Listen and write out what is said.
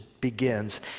begins